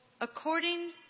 according